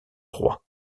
roi